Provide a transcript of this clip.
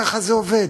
ככה זה עובד.